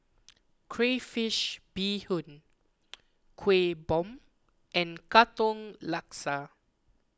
Crayfish BeeHoon Kuih Bom and Katong Laksa